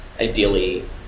ideally